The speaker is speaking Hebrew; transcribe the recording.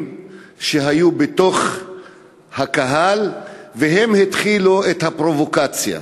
בתוך הקהל והם שהתחילו את הפרובוקציה.